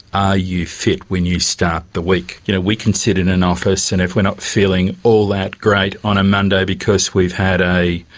ah you fit when you start the week? you know, we can sit in an office and if we're not feeling all that great on a monday because we've had a,